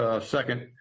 second